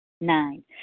Nine